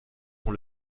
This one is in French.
dans